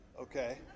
okay